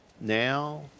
now